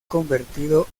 convertido